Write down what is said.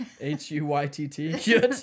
h-u-y-t-t